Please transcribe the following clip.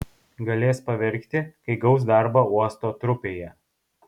galės paverkti kai gaus darbą uosto trupėje